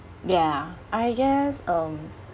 ya I guess um